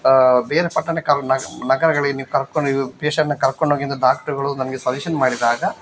ಬೇರೆ ಪಟ್ಟಣಕ್ಕಾದ್ರು ನಗರಗಳಿಗೆ ನೀವು ಕರ್ಕೊಂಡು ಇದು ಪೇಷಂಟನ್ನ ಕರ್ಕೊಂಡ್ಹೋಗಿ ಎಂದು ಡಾಕ್ಟ್ರ್ಗಳು ನನಗೆ ಸಜೆಷನ್ ಮಾಡಿದಾಗ